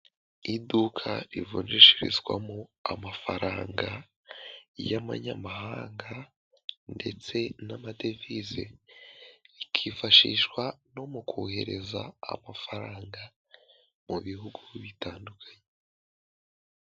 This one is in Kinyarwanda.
Iduka rivunjishirizwamo amafaranga y'abamanyamahanga ndetse n'amadevize rikifashishwa no mu kohereza amafaranga mu bihugu bitandukanye.